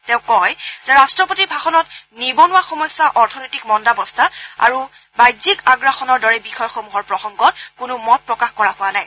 তেওঁ কয় যে ৰাট্টপতিৰ ভাষণত নিবনুৱা সমস্যা অৰ্থনৈতিক মন্দাৱস্থা আৰু বাজ্যিক আগ্ৰাসনৰ দৰে বিষয়সমূহৰ প্ৰসংগত কোনো মত প্ৰকাশ কৰা হোৱা নাই